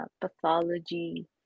pathology